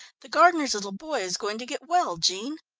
the gardener's little boy is going to get well, jean.